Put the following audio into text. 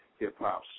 Hip-Hop